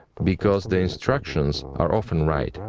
because the directions are often right.